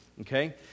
okay